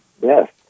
Yes